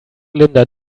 linda